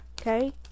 okay